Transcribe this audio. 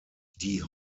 die